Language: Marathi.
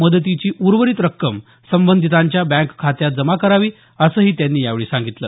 मदतीची उर्वरित रक्कम संबंधितांच्या बँक खात्यात जमा करावी असंही त्यांनी यावेळी सांगितलं